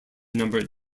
number